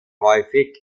häufig